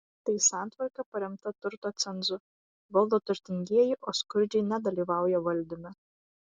tai santvarka paremta turto cenzu valdo turtingieji o skurdžiai nedalyvauja valdyme